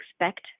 expect